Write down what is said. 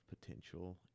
potential